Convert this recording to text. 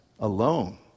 Alone